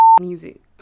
music